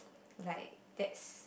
like that's